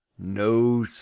no, sir.